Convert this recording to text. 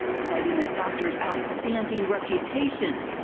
citing the doctor's outstanding reputation.